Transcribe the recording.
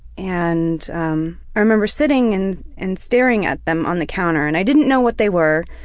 and um i remember sitting and and staring at them on the counter and i didn't know what they were.